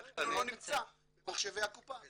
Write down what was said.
ולכן הוא לא נמצא במחשבי הקופה.